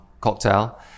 cocktail